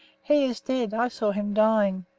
he is dead. i saw him dying.